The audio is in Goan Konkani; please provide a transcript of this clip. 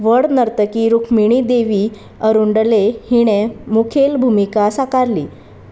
व्हड नर्तकी रुक्मिणी देवी अरुणडले हिणें मुखेल भुमिका साकारली